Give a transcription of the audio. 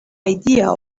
idea